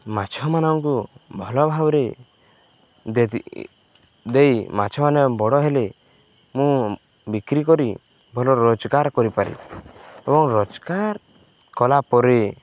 ମାଛ ମାନଙ୍କୁ ଭଲ ଭାବରେ ଦେଇ ମାଛ ମାନେ ବଡ଼ ହେଲେ ମୁଁ ବିକ୍ରି କରି ଭଲ ରୋଜଗାର କରିପାରେ ଏବଂ ରୋଜଗାର କଲା ପରେ